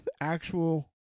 actual